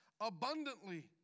abundantly